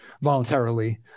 voluntarily